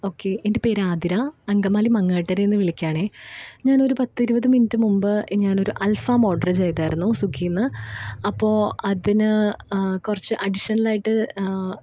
okay എന്റെ പേര് ആതിര അങ്കമാലി മങ്ങാട്ടുകരയിൽ നിന്ന് വിളിയ്ക്കുകയാണ് ഞാനൊരു പത്തിരുപത് മിനിറ്റ് മുമ്പ് ഞാനൊരു അൽഫാം ഓർഡറ് ചെയ്തിരുന്നു സ്വിഗ്ഗിയിൽ നിന്ന് അപ്പോൾ അതിന് കുറച്ച് അഡീഷ്ണൽ ആയിട്ട്